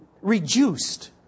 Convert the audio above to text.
reduced